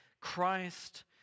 Christ